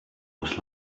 was